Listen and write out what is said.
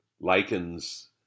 lichens